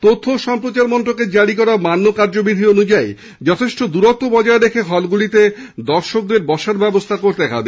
তথ্য ও সম্প্রচার মন্ত্রকের জারি করা মান্য কার্যবিধি অনুযায়ী যথেষ্ট দূরত্ব বজায় রেখে হলগুলিতে দর্শকদের বসার ব্যবস্হা করতে হবে